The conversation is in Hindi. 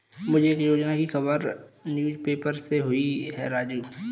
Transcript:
मुझे एक योजना की खबर न्यूज़ पेपर से हुई है राजू